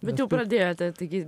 bet jau pradėjote taigi